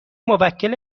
موکل